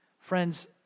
Friends